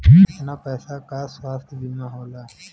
कितना पैसे का स्वास्थ्य बीमा होला?